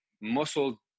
muscle